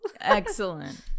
Excellent